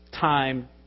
time